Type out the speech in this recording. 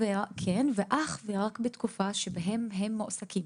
כן, ואך ורק בתקופה שבה הם מועסקים.